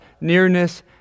nearness